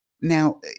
Now